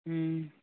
ꯎꯝ